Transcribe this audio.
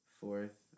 Fourth